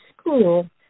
school